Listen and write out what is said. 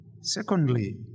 Secondly